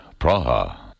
Praha